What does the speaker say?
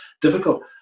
difficult